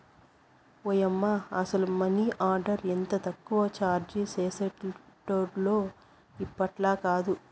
ఓయమ్మ, అసల money order ఎంత తక్కువ చార్జీ చేసేటోల్లో ఇప్పట్లాకాదు